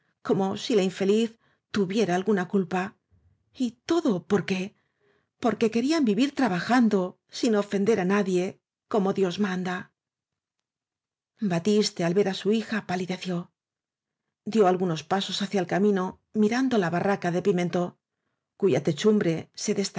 como si la infeliz tuviera alguna culpa y todo por qué porque querían vivir traba jando sin ofender á nadie como dios manda batiste al ver á su hija palideció dió algu nos pasos hacia el camino mirando la barraca de pimentó cuya techumbre se